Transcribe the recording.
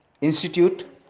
institute